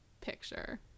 picture